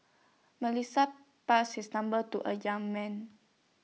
Melissa passes her number to A young man